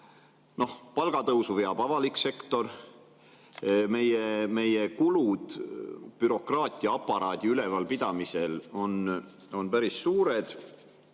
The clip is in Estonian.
palgatõusu veab avalik sektor. Meie kulud bürokraatiaaparaadi ülevalpidamisel on päris suured.